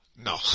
No